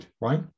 right